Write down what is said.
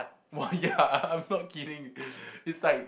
!wah! ya I'm not kidding it's like